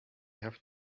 have